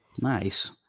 nice